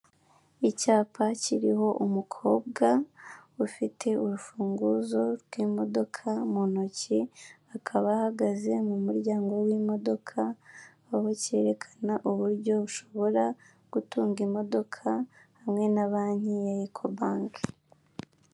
Icyapa kiriho umukobwa ufite urufunguzo rw'imodoka mu ntoki, akaba ahagaze mu muryango w'imodoka. Aho cyerekana uburyo ushobora gutunga imodoka hamwe na banki ya ekobanke.